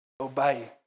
Obey